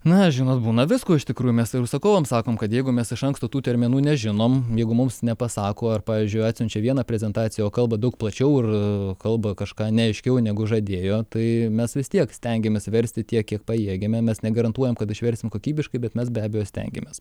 na žinot būna visko iš tikrųjų mes ir užsakovam sakom kad jeigu mes iš anksto tų terminų nežinom jeigu mums nepasako ar pavyzdžiui atsiunčia vieną prezentaciją o kalba daug plačiau ir kalba kažką neaiškiau negu žadėjo tai mes vis tiek stengiamės versti tiek kiek pajėgiame mes negarantuojam kad išversim kokybiškai bet mes be abejo stengiamės